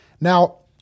Now